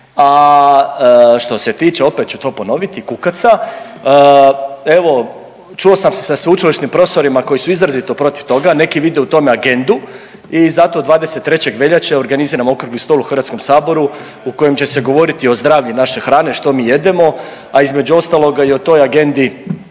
a što se tiče opet ću to ponoviti kukaca evo čuo sam se sa sveučilišnim profesorima koji su izrazito protiv toga, neki vide u tome agendu i zato 23. veljače organiziram okrugli stol u Hrvatskom saboru u kojem će se govoriti o zdravlju, naše hrane, što mi jedemo, a između ostaloga i o toj agendi